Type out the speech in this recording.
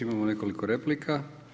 Imamo nekoliko replika.